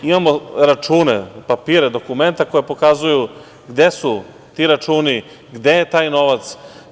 Imamo račune, papire, dokumenta koja pokazuju gde su ti računi, gde je taj novac.